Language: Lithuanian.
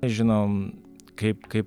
nežinom kaip kaip